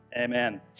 Amen